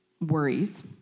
worries